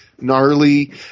gnarly